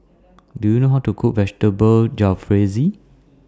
Do YOU know How to Cook Vegetable Jalfrezi